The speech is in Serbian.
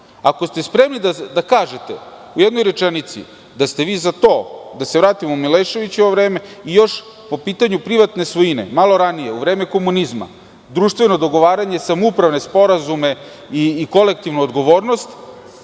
ste spremni da kažete u jednoj rečenici da ste za to da se vratimo u Miloševićevo vreme, i još po pitanju privatne svojine, malo ranije, u vreme komunizma, društveno dogovaranje, samoupravne sporazume i kolektivnu odgovornost,